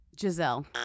Giselle